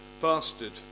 fasted